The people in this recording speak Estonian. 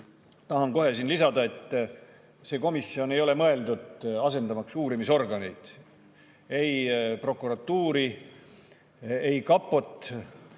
Tahan kohe lisada, et see komisjon ei ole mõeldud asendamaks uurimisorganeid, ei prokuratuuri ega kapot.